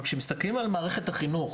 אבל כשמסתכלים על מערכת החינוך,